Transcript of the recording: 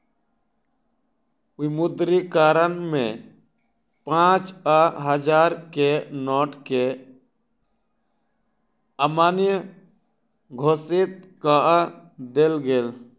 विमुद्रीकरण में पाँच आ हजार के नोट के अमान्य घोषित कअ देल गेल